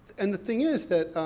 and the thing is that,